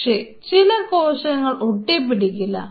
പക്ഷേ ചില കോശങ്ങൾ ഒട്ടിപിടിക്കില്ല